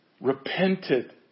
repented